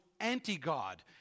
anti-God